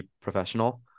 professional